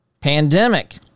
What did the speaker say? pandemic